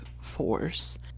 force